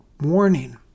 warning